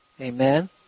Amen